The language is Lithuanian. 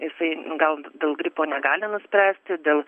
jisai gal dėl gripo negali nuspręsti dėl